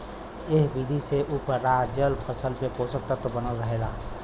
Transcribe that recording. एह विधि से उपराजल फसल में पोषक तत्व बनल रहेला